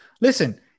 listen